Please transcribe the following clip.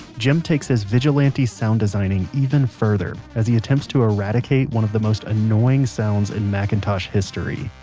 jim takes his vigilante sound-designing even further as he attempts to eradicate one of the most annoying sounds in macintosh history